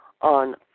on